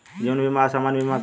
जीवन बीमा आ सामान्य बीमा का ह?